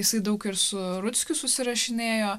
jisai daug ir su rutskiu susirašinėjo